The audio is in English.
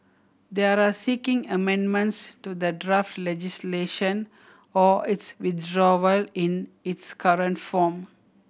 they are seeking amendments to the draft legislation or its withdrawal in its current form